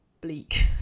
bleak